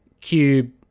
cube